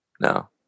no